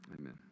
amen